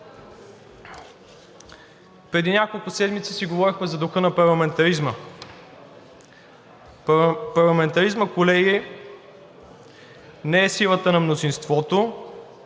Преди няколко седмици си говорихме за духа на парламентаризма. Парламентаризмът, колеги, не е силата на мнозинството.